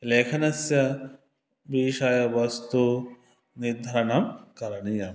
लेखनस्य विषयवस्तोः निर्धारणं करणीयम्